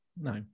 No